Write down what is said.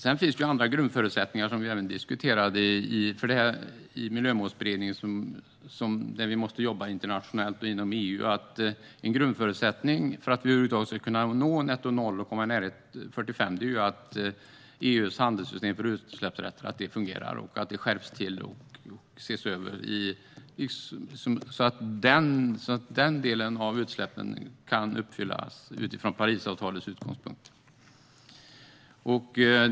Det finns andra grundförutsättningar som vi även diskuterade i Miljömålsberedningen. Där måste vi jobba internationellt och inom EU. En grundförutsättning för att vi över huvud taget ska komma i närheten av att kunna nå netto-noll-utsläpp 2045 är att EU:s handelssystem för utsläppsrätter fungerar, skärps och ses över så att målen för utsläppen i den delen kan uppfyllas med utgångspunkt från Parisavtalet.